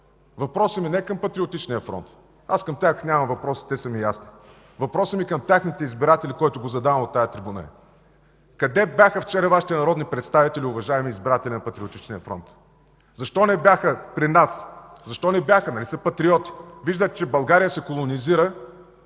Въпросът ми не е към Патриотичния фронт – към тях нямам въпроси, те са ми ясни. Въпросът, който задавам от тази трибуна, е към техните избиратели: къде бяха вчера Вашите народни представители, уважаеми избиратели на Патриотичния фронт? Защо не бяха при нас, защо не бяха, нали са патриоти? Виждат, че България се колонизира,